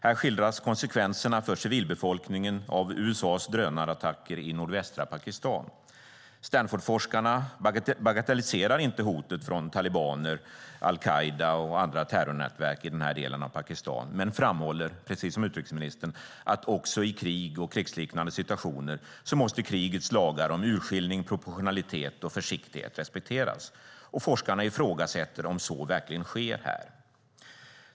Här skildras konsekvenserna för civilbefolkningen av USA:s drönarattacker i nordvästra Pakistan. Stanfordforskarna bagatelliserar inte hotet från talibaner, al-Qaida och andra terrornätverk i den här delen av Pakistan men framhåller, precis som utrikesministern, att också i krig och krigsliknande situationer måste krigets lagar om urskiljning, proportionalitet och försiktighet respekteras. Forskarna ifrågasätter om så verkligen sker här.